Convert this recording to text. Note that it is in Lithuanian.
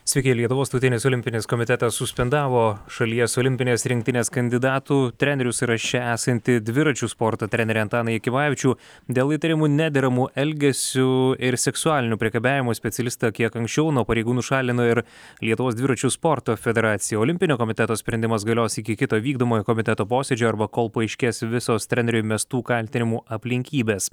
sveiki lietuvos tautinis olimpinis komitetas suspendavo šalies olimpinės rinktinės kandidatų trenerių sąraše esantį dviračių sporto trenerį antaną jakimavičių dėl įtarimų nederamu elgesiu ir seksualiniu priekabiavimu specialistą kiek anksčiau nuo pareigų nušalino ir lietuvos dviračių sporto federacija olimpinio komiteto sprendimas galios iki kito vykdomojo komiteto posėdžio arba kol paaiškės visos treneriui mestų kaltinimų aplinkybės